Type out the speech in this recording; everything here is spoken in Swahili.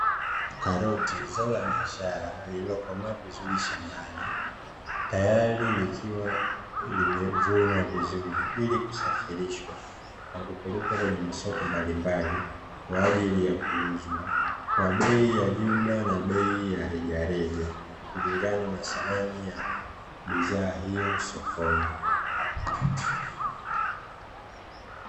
Karoti zao la biashara lililokomaa vizuri shambani, tayari likiwa limevunwa vizuri ili kusafirishwa na kupelekwa kwenye masoko mbalimbali kwa ajili ya kuuzwa kwa bei ya jumla na bei ya rejareja kulingana na thamani ya bidhaa hiyo sokoni.